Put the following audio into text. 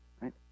right